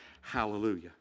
Hallelujah